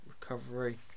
recovery